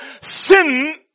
Sin